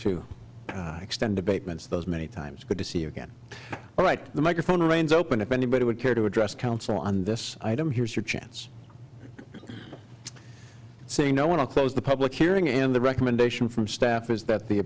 to expand abatements those many times good to see you again like the microphone remains open if anybody would care to address council on this item here's your chance to say no when i close the public hearing in the recommendation from staff is that the